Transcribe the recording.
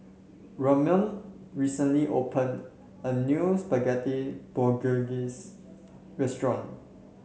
Ramon recently opened a new Spaghetti Bolognese restaurant